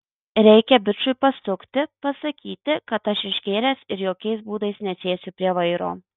reikia bičui pasukti pasakyti kad aš išgėręs ir jokiais būdais nesėsiu prie vairo